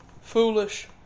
foolish